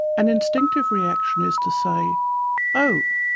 an instinctive reaction is to say oh,